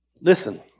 Listen